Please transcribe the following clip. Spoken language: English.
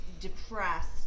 depressed